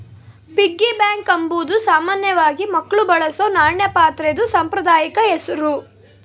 piggy bank ಅಂಬಾದು ಸಾಮಾನ್ಯವಾಗಿ ಮಕ್ಳು ಬಳಸೋ ನಾಣ್ಯ ಪಾತ್ರೆದು ಸಾಂಪ್ರದಾಯಿಕ ಹೆಸುರು